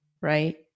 right